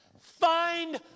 find